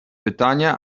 pytania